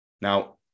Now